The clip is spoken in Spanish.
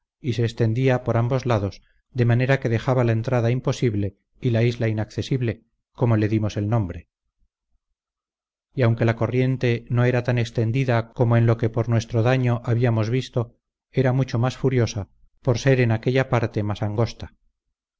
y se extendía por ambos lados de manera que dejaba la entrada imposible y la isla inaccesible como le dimos el nombre y aunque la corriente no era tan extendida como en lo que por nuestro daño habíamos visto era mucho más furiosa por ser en aquella parte más angosta